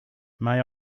may